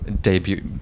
debut